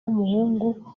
w’umuhungu